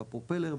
בפרופלר,